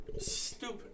Stupid